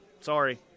Sorry